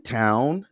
town